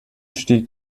stieg